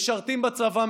משרתים בצבא,